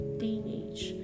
teenage